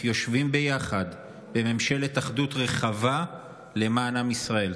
יושבים ביחד בממשלת אחדות רחבה למען עם ישראל.